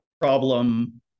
problem